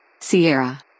Sierra